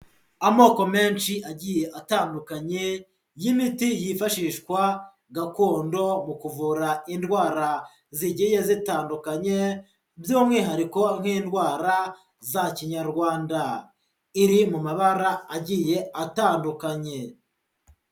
Amoko menshi agiye atandukanye y'imiti yifashishwa gakondo mu kuvura indwara zigiye zitandukanye, by'umwihariko nk'indwara za kinyarwanda. Iri mu mabara agiye atandukanye.